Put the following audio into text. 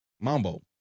Mambo